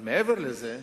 אבל מעבר לזה,